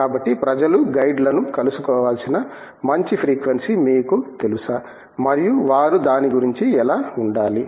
కాబట్టి ప్రజలు గైడ్లను కలుసుకోవాల్సిన మంచి ఫ్రీక్వెన్సీ మీకు తెలుసా మరియు వారు దాని గురించి ఎలా ఉండాలి